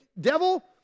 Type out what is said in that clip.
Devil